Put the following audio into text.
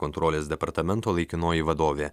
kontrolės departamento laikinoji vadovė